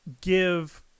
give